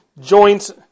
joints